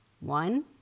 One